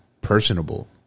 personable